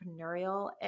entrepreneurial